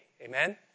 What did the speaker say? Amen